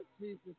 Jesus